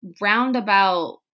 roundabout